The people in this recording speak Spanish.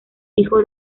hijo